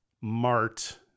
mart